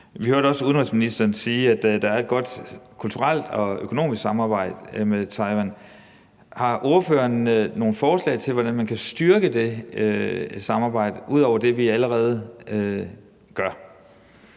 vi hørte også udenrigsministeren sige, at der er et godt kulturelt og økonomisk samarbejde med Taiwan. Har ordføreren nogle forslag til, hvordan man kan styrke det samarbejde ud over det, som vi allerede gør?